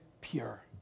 pure